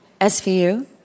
SVU